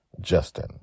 Justin